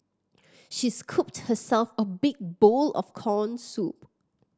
she scooped herself a big bowl of corn soup